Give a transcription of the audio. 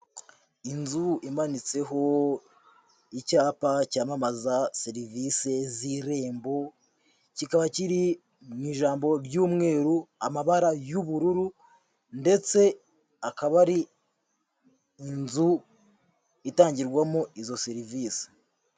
Inzu imanitseho icyapa cyamamaza serivisi z'Irembo, kikaba kiri mu ijambo ry'umweru amabara y'ubururu ndetse akaba ari inzu itangirwamo izo serivisi.